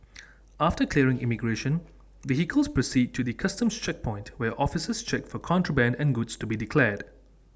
after clearing immigration vehicles proceed to the Customs checkpoint where officers check for contraband and goods to be declared